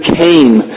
came